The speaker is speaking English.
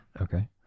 Okay